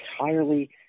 entirely